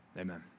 Amen